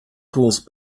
cause